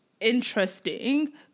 interesting